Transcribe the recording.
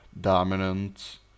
dominant